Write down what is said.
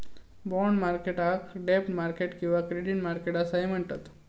bond मार्केटाक डेब्ट market किंवा क्रेडिट मार्केट असाही म्हणतत